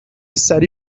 سری